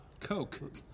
Coke